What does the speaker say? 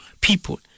people